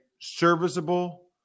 serviceable